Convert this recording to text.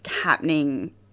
happening